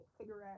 cigarette